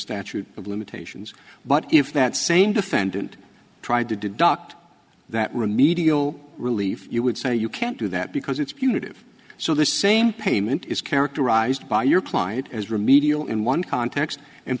statute of limitations but if that same defendant tried to deduct that remedial relief you would say you can't do that because it's punitive so the same payment is characterized by your client as remedial in one context and